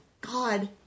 God